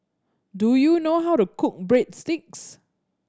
do you know how to cook Breadsticks